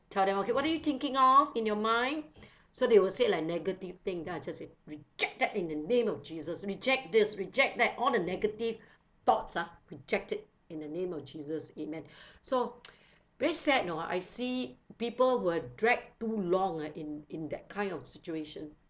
tell them okay what are you thinking of in your mind so they will say like negative thing then I just say reject that in the name of jesus reject this reject that all the negative thoughts ah reject it in the name of jesus amen so very sad you know I see people were dragged too long in in that kind of situation